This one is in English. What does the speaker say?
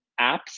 apps